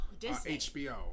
HBO